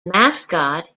mascot